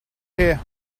here